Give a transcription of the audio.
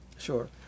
Sure